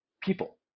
people